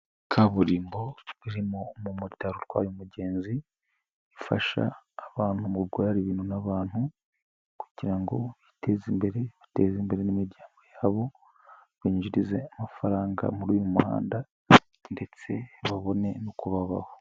Kaburimbo urimo umumotari utwaye umugenzi, ifasha abantu mu gutwara ibintu n'abantu kugira ngo biteze imbere, bateze imbere n'imiryango yabo, binjirize amafaranga muri uyu muhanda ndetse babone nuko babaho.